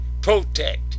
protect